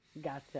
Gotcha